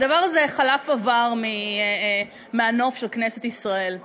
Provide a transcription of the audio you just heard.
הדבר הזה חלף עבר מהנוף של כנסת ישראל.